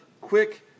quick